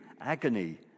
agony